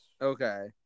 Okay